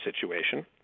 situation